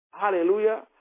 hallelujah